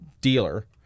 dealer